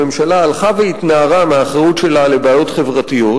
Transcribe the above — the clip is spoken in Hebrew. הממשלה הלכה והתנערה מהאחריות שלה לבעיות חברתיות,